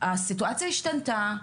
הסיטואציה השתנתה,